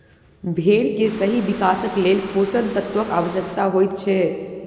भेंड़ के सही विकासक लेल पोषण तत्वक आवश्यता होइत छै